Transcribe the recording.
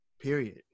Period